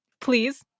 please